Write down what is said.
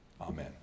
Amen